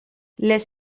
les